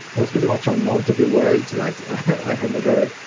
i was pretty much unknown to the world. like i had never,